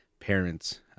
parents